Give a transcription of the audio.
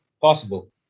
Possible